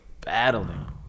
battling